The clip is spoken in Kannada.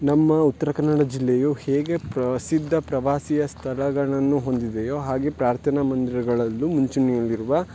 ನಮ್ಮ ಉತ್ತರ ಕನ್ನಡ ಜಿಲ್ಲೆಯು ಹೇಗೆ ಪ್ರಸಿದ್ಧ ಪ್ರವಾಸಿ ಸ್ಥಳಗಳನ್ನು ಹೊಂದಿದೆಯೋ ಹಾಗೆ ಪ್ರಾರ್ಥನಾ ಮಂದಿರಗಳಲ್ಲೂ ಮುಂಚೂಣಿಯಲ್ಲಿರುವ